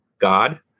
God